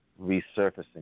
Resurfacing